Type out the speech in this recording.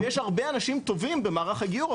ויש הרבה אנשים טובים במערך הגיור,